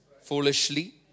foolishly